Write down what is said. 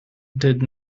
did